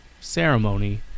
ceremony